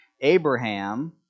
Abraham